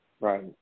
Right